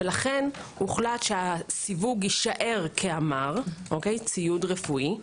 לכן הוחלט, שהסיווג יישאר כאמר, כציוד רפואי.